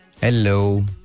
Hello